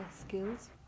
skills